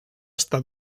estar